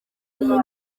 iyi